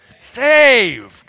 saved